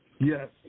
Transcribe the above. Yes